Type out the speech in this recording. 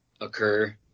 occur